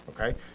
Okay